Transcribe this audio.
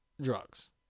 Drugs